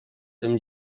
tym